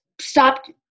stopped